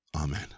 Amen